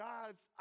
God's